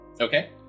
okay